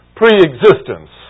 pre-existence